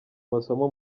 masomo